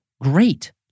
great